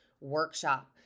workshop